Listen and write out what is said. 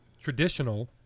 traditional